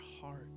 heart